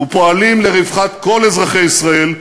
ופועלים לרווחת כל אזרחי ישראל,